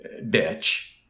bitch